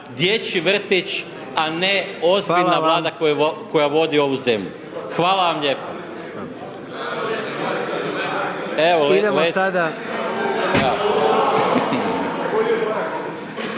dječji vrtić a ne ozbiljna Vlada koju vodi ovu zemlju. Hvala vam lijepa.